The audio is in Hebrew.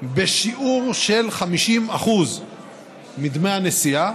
בשיעור של 50% בדמי הנסיעה